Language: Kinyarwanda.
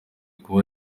kuba